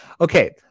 Okay